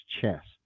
chest